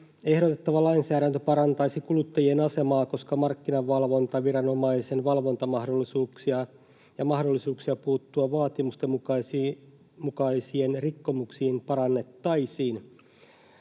Ehdotettava lainsäädäntö parantaisi kuluttajien asemaa, koska markkinavalvontaviranomaisen valvontamahdollisuuksia ja mahdollisuuksia puuttua vaatimustenmukaisuusrikkomuksiin parannettaisiin.